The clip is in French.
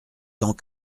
tant